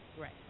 Right